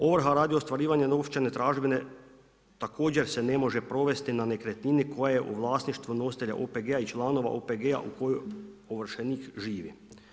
Ovrha radi ostvarivanja novčane tražbine također se ne može provesti na nekretnine koje u vlasništvu nositelja OPG-a i članova OPG-a u kojoj ovršenik živi.